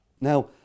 Now